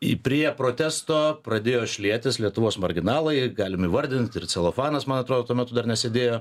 į prie protesto pradėjo šlietis lietuvos marginalai galim įvardint ir celofanas man atrodo tuo metu dar nesėdėjo